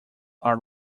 are